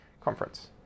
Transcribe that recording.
Conference